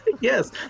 yes